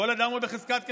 כל אדם הוא בחזקת,